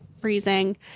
freezing